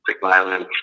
violence